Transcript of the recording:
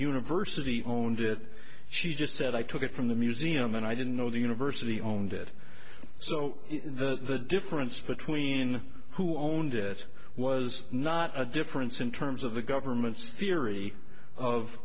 university owned it she just said i took it from the museum and i didn't know the university owned it so the difference between who owned it was not a difference in terms of the government's theory of